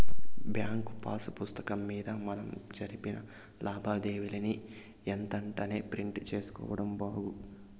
bank pass పుస్తకం మింద మనం జరిపిన లావాదేవీలని ఎంతెంటనే ప్రింట్ సేసుకోడం బాగు